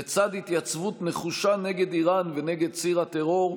לצד התייצבות נחושה נגד איראן ונגד ציר הטרור,